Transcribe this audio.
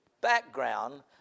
background